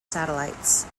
satellites